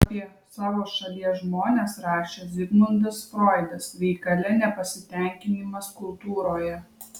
apie savo šalies žmones rašė zigmundas froidas veikale nepasitenkinimas kultūroje